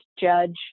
judge